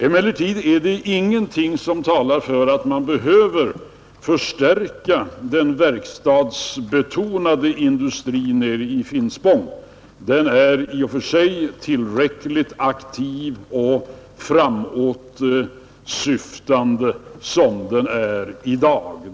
Emellertid finns det ingenting som talar för att man behöver förstärka den verkstadsbetonade industrin i Finspång; den är i och för sig tillräckligt aktiv och framåtsyftande som den är i dag.